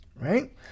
right